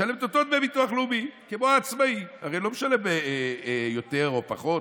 משלם את אותם דמי ביטוח לאומי כמו העצמא.; הרי לא משלם יותר או פחות,